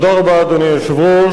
אדוני היושב-ראש,